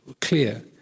clear